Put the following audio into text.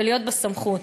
ולהיות בסמכות,